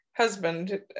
husband